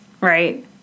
right